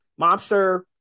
Mobster